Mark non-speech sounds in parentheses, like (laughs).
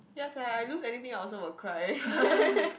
ya sia I lose anything I also will cry (laughs)